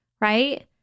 right